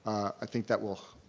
i think that will,